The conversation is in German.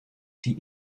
die